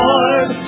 Lord